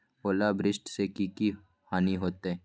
ओलावृष्टि से की की हानि होतै?